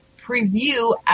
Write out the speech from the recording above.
preview